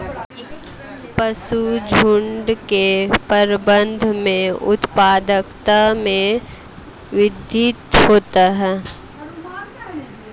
पशुझुण्ड के प्रबंधन से उत्पादकता में वृद्धि होती है